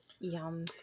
Yum